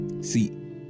See